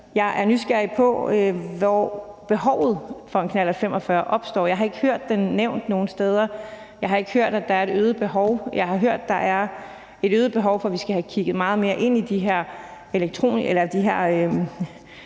Jeg er nysgerrig på, hvor behovet for en knallert 45 opstår. Jeg har ikke hørt den nævnt nogen steder. Jeg har ikke hørt, at der er et øget behov. Jeg har hørt, at der er et øget behov for, at vi skal have kigget meget mere ind i de her meget voldsomme